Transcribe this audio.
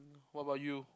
what about you